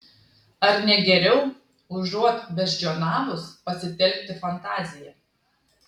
ar ne geriau užuot beždžioniavus pasitelkti fantaziją